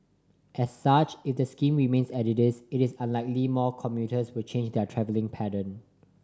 as such if the scheme remains as it is it is unlikely more commuters will change their travelling pattern